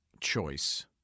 choice